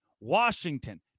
Washington